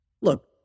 Look